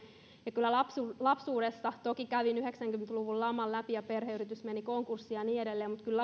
toki lapsuudessa kävin yhdeksänkymmentä luvun laman läpi ja perheyritys meni konkurssiin ja niin edelleen mutta kyllä